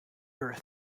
her